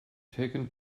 taken